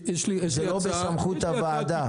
זה לא בסמכות הוועדה.